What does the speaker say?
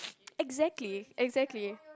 exactly exactly